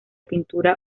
pintura